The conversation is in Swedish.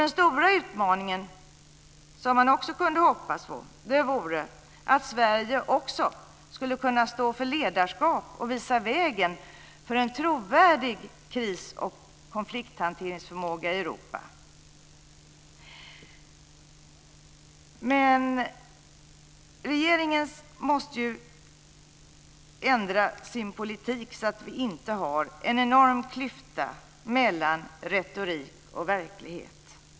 Den stora utmaningen, som man också kunde hoppas på, vore att Sverige också skulle kunna stå för ledarskap och visa vägen för en trovärdig kris och konflikthanteringsförmåga i Europa. Regeringen måste ändra sin politik så att vi inte har en enorm klyfta mellan retorik och verklighet.